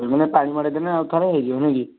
ମାନେ ପାଣି ମଡ଼ାଇ ଦେଲେ ଆଉଥରେ ହେଇଯିବ ନାହିଁ କି